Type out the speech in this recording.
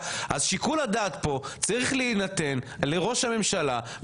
אז שיקול דעת כאן צריך להינתן לראש הממשלה,